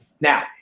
Now